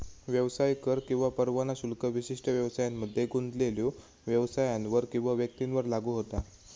व्यवसाय कर किंवा परवाना शुल्क विशिष्ट व्यवसायांमध्ये गुंतलेल्यो व्यवसायांवर किंवा व्यक्तींवर लागू होता